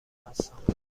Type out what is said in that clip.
هستم